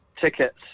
tickets